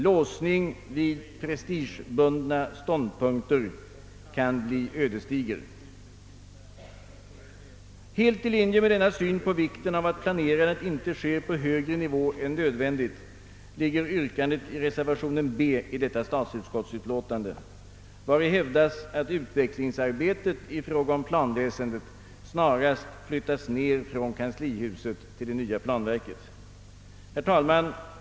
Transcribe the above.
Låsning vid prestigebundna ståndpunkter kan bli ödesdiger. Helt i linje med denna syn på vikten av att planerandet inte sker på högre nivå än nödvändigt ligger yrkandet i reservationen b i detta statsutskottsutlåtande, vari hävdas att utvecklingsarbetet i fråga om planväsendet snarast flyttas ned från kanslihuset till det nya planverket. Herr talman!